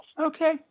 Okay